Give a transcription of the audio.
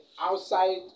outside